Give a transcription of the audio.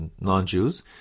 non-Jews